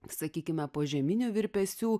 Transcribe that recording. sakykime požeminių virpesių